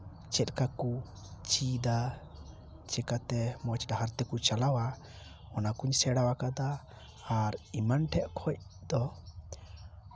ᱪᱮᱫᱠᱟ ᱠᱚ ᱪᱤᱫᱟ ᱪᱤᱠᱟᱛᱮ ᱢᱚᱡᱽ ᱰᱟᱦᱟᱨ ᱛᱮᱠᱚ ᱪᱟᱞᱟᱣᱟ ᱚᱱᱟ ᱠᱚᱹᱧ ᱥᱮᱬᱟ ᱠᱟᱫᱟ ᱟᱨ ᱮᱢᱟᱱ ᱴᱷᱮᱡ ᱠᱷᱚᱡ ᱫᱚ